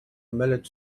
millet